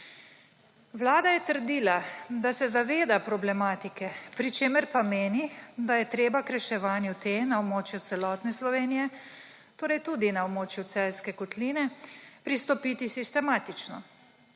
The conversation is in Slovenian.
Vlada je trdila, da se zaveda problematike, pri čemer pa meni, da je treba k reševanju te na območju celotne Slovenije, torej tudi na območju Celjske kotline, pristopiti sistematično.